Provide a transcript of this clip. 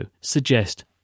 suggest